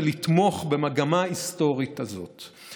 לתמוך במגמה ההיסטורית הזאת.